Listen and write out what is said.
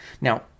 Now